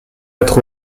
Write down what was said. être